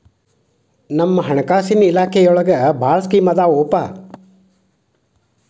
ನಮ್ ಹಣಕಾಸ ಇಲಾಖೆದಾಗ ಭಾಳ್ ಸ್ಕೇಮ್ ಆದಾವೊಪಾ